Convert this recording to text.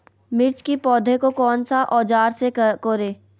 मिर्च की पौधे को कौन सा औजार से कोरे?